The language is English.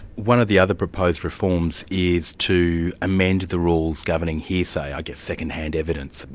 one of the other proposed reforms is to amend the rules governing hearsay, i guess second-hand evidence,